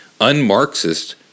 un-Marxist